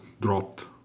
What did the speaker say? dropped